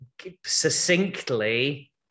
succinctly